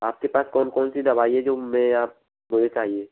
आप के पास कौन कौनसी दवाई है जो मैं आप मुझे चाहिए